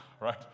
right